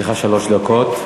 לרשותך שלוש דקות.